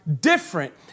Different